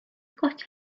got